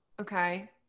okay